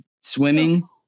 swimming